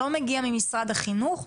לא מגיע ממשרד החינוך,